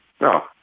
no